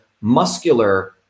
muscular